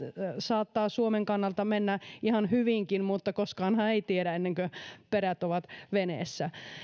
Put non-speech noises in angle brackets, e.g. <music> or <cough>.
saattaa suomen kannalta mennä <unintelligible> ihan hyvinkin mutta koskaanhan ei tiedä ennen kuin <unintelligible> perät ovat veneessä <unintelligible> <unintelligible> <unintelligible> <unintelligible> <unintelligible>